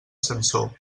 sansor